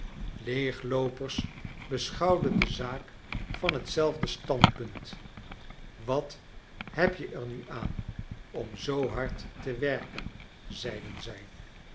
leegloopers beschouwden de zaak van hetzelfde standpunt wat heb je er nu aan om zoo hard te werken zeiden zij